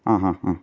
അ ഹ അ